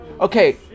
Okay